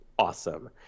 awesome